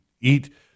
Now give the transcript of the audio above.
eat